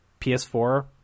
PS4